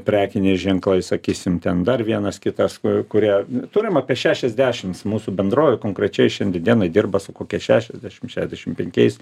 prekiniai ženklai sakysim ten dar vienas kitas kurie turim apie šešiasdešims mūsų bendrovė konkrečiai šiandie dienai dirba su kokia šešiasdešim šešiasdešim penkiais